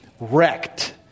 wrecked